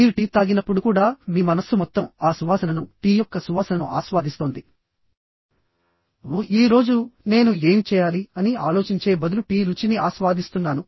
మీరు టీ తాగినప్పుడు కూడా మీ మనస్సు మొత్తం ఆ సువాసనను టీ యొక్క సువాసనను ఆస్వాదిస్తోంది ఓహ్ ఈ రోజు నేను ఏమి చేయాలి అని ఆలోచించే బదులు టీ రుచిని ఆస్వాదిస్తున్నాను